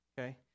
okay